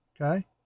Okay